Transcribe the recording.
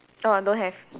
oh I don't have